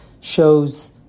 shows